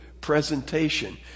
presentation